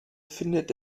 findet